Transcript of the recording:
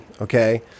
okay